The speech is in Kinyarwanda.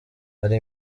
hari